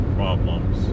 problems